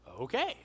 Okay